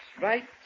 right